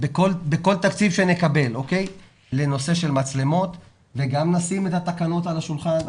בכל תקציב שנקבל לנושא של מצלמות וגם נשים את התקנות על השולחן.